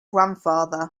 grandfather